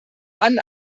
dann